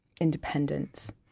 independence